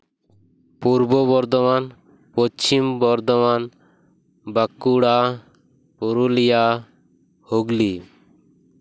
Purba Bardhaman Paschim Bardhaman Bankura Purulia Hooghly